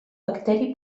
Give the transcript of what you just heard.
bacteri